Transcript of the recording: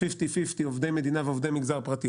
חצי חצי עובדי מדינה ועובדי מגזר פרטי,